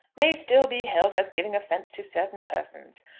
may still be held as giving offence to certain persons.